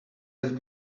had